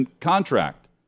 contract